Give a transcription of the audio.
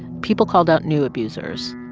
people called out new abusers.